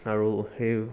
আৰু সেই